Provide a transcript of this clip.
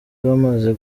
bamaze